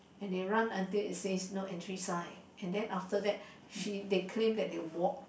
and they run until it says no entry sign and then after that she they claim that they walk